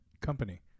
company